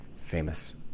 famous